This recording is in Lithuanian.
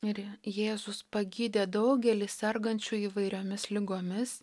ir jėzus pagydė daugelį sergančių įvairiomis ligomis